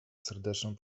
serdeczną